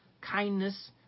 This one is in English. kindness